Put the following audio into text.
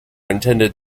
intended